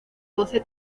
doce